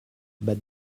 but